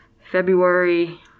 February